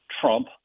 Trump